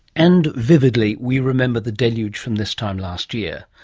and, vividly, we remember the deluge from this time last year.